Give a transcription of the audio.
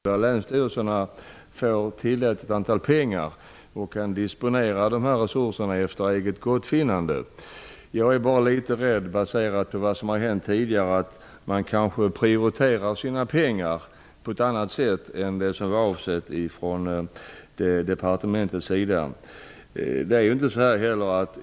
Fru talman! Jag erkänner att det är en mycket stark markering som statsrådet gör här i dag i riksdagens talarstol. Men vi har detta med decentralisering, och jag är litet rädd för att länsstyrelserna får en summa pengar och kan disponera dessa resurser efter eget gottfinnande. Efter vad som har skett tidigare befarar jag att länsstyrelserna kanske prioriterar sina pengar på ett annat sätt än departementet har avsett.